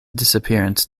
disappearance